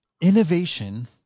innovation